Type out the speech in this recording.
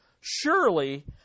Surely